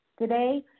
today